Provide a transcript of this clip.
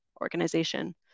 organization